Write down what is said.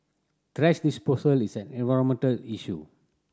thrash disposal is an environmental issue